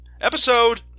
episode